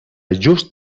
just